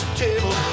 table